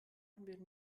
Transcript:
werden